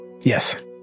Yes